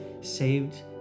saved